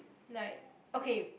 like okay